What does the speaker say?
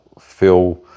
feel